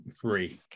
Three